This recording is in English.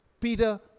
Peter